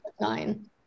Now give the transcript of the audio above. nine